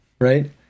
Right